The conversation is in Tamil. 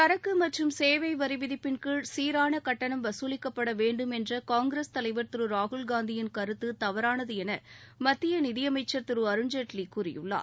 சரக்கு மற்றும் சேவை வரி விதிப்பின்கீழ் சீரான கட்டணம் வகுலிக்கப்படவேண்டும் என்ற காங்கிரஸ் தலைவர் திரு ராகுல்காந்தியின் கருத்து தவறானது என மத்திய நிதியமைச்சர் திரு அருண்ஜேட்லி கூறியிள்ளார்